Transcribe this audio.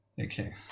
Okay